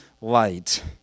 light